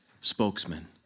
spokesman